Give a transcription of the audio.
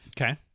Okay